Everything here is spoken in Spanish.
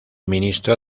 ministro